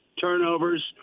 turnovers